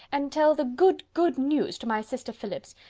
and tell the good, good news to my sister philips.